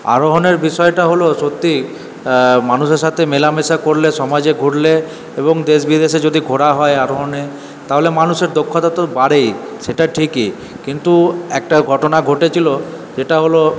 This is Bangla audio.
আরোহণের বিষয়টা হল সত্যি মানুষের সাথে মেলামেশা করলে সমাজে ঘুরলে এবং দেশ বিদেশে যদি ঘোরা হয় আরোহণ নিয়ে তাহলে মানুষের দক্ষতা তো বাড়েই সেটা ঠিকই কিন্তু একটা ঘটনা ঘটেছিল যেটা হল